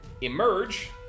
emerge